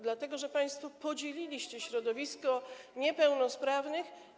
Dlatego że państwo podzieliliście środowisko niepełnosprawnych.